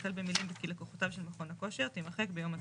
החל במילים "כי לקוחותיו של מכון הכושר" תימחק ביום התחילה.